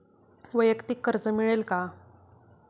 वैयक्तिक कर्ज मिळेल का?